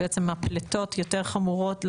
הפליטות יותר חמורות?